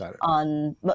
on